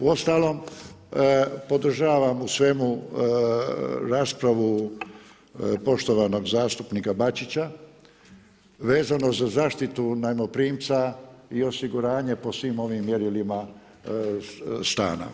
U ostalom, podržavam u svemu raspravu poštovanog zastupnika Bačića vezano za zaštitu najmoprimca i osiguranje po svim ovim mjerilima stana.